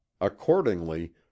accordingly